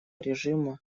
режима